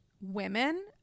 women